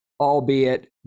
albeit